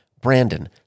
Brandon